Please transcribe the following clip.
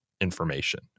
information